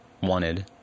wanted